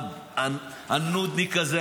הנודניק הזה,